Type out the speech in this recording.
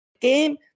game